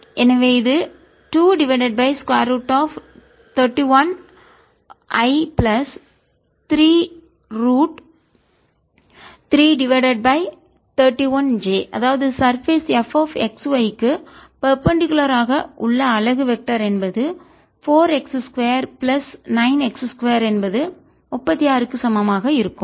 எனவே இது 2 divided by square root of 31i plus 3 root 3 divided by 31j அதாவது surface fxy க்கு மேற்பரப்பு பேர்பெண்டிகுலார் ஆக செங்குத்தாக உள்ள அலகு வெக்டர் என்பது 4 x 2 பிளஸ் 9 x 2 என்பது 36 க்கு சமம் ஆக இருக்கும்